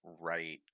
right